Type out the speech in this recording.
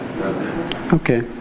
Okay